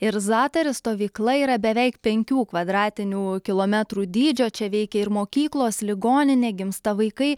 ir zatari stovykla yra beveik penkių kvadratinių kilometrų dydžio čia veikia ir mokyklos ligoninė gimsta vaikai